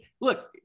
look